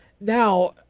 Now